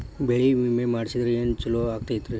ಬೆಳಿ ವಿಮೆ ಮಾಡಿಸಿದ್ರ ಏನ್ ಛಲೋ ಆಕತ್ರಿ?